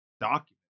Document